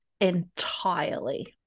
entirely